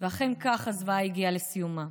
ואכן, כך הזוועה הגיעה לסיומה.